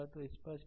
तो यह स्पष्ट है